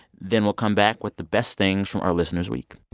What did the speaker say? then we'll come back with the best things from our listeners' week